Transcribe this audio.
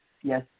Yes